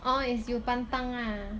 oh it's you pantang 啦